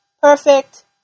perfect